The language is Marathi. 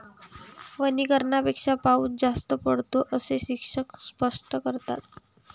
वनीकरणापेक्षा पाऊस जास्त पडतो, असे शिक्षक स्पष्ट करतात